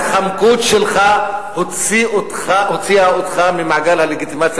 ההתחמקות שלך הוציאה אותך ממעגל הלגיטימציה